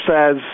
says